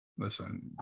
Listen